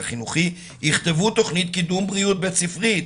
החינוכי יכתבו תוכנית קידום בריאות בית-ספרית